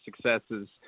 successes